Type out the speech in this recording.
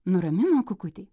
nuramino kukutį